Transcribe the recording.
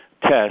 test